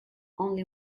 only